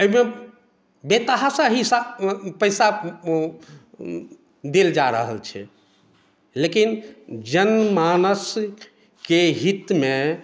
एहिमे बेतहाशा ही पैसा देल जा रहल छै लेकिन जनमानसके हितमे